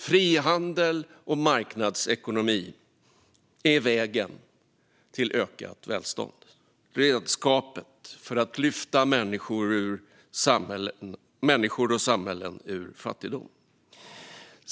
Frihandel och marknadsekonomi är vägen till ökat välstånd - redskapet för att lyfta människor och samhällen ur fattigdom.